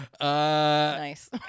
Nice